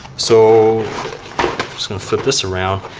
so. just going to flip this around.